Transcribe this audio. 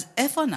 אז איפה אנחנו?